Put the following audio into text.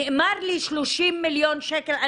נאמר לי 30 מיליון שקל.